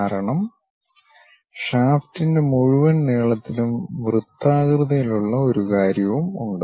കാരണം ഷാഫ്റ്റിൻ്റെ മുഴുവൻ നീളത്തിലും വൃത്താകൃതിയിലുള്ള ഒരു കാര്യം ഉണ്ട്